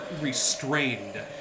restrained